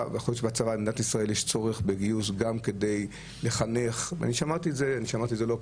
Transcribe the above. למדינת ישראל יש צורך בגיוס גם כדי לחנך שמעתי את זה לא פעם,